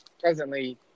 presently